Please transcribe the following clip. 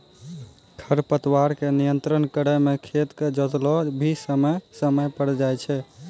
खरपतवार के नियंत्रण करै मे खेत के जोतैलो भी समय समय पर जाय छै